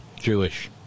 Jewish